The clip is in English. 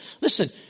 Listen